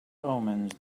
omens